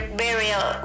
burial